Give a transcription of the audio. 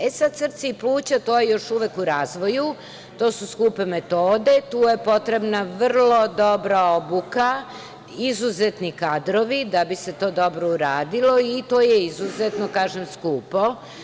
E, sad, srce i pluća su još uvek u razvoju, to su skupe metode i tu je potrebna vrlo dobra obuka, izuzetni kadrovi, da bi se to dobro uradilo, a to je izuzetno skupo.